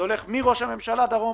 זה הולך מראש הממשלה ולמטה,